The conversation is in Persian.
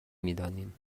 میدانیم